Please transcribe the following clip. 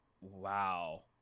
wow